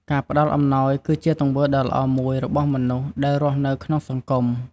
ការផ្តល់អំណោយគឺជាទង្វើដ៏ល្អមួយរបស់មនុស្សដែលរស់នៅក្នុងសង្គម។